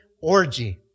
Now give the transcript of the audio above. orgy